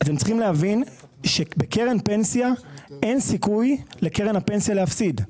אז צריכים להבין שבקרן פנסיה אין סיכוי לקרן הפנסיה להפסיד.